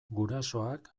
gurasoak